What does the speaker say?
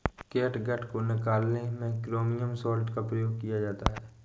catgut को निकालने में क्रोमियम सॉल्ट का प्रयोग किया जाता है